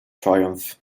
triumph